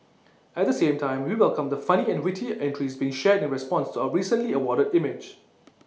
at the same time we welcome the funny and witty entries being shared in response to our recently awarded image